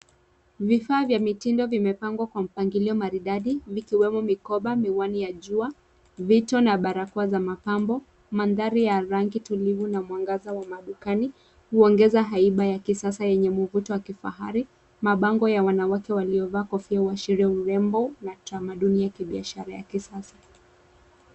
Vifaa vya mtindo vimepangwa kwa mpangilio maridadi vikiwemo mikoba, miwani ya jua, vito na barakoa za mapambo, mandhari ya rangi tulivu na mwangaza wa madukani huongeza haiba ya kisasa yenye mvuto wa kifahari. Mabango ya wanawake waliovalia kofia huashiria urembo na tamaduni wa kibiashara ya kisasa.